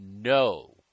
no